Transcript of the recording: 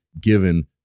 given